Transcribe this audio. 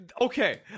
Okay